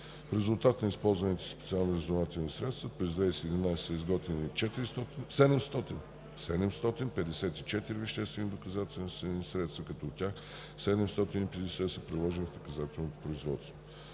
резултат на използваните специални разузнавателни средства през 2017 г. са изготвени 754 веществени доказателствени средства, като от тях 750 са приложени в наказателните производства.